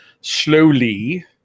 slowly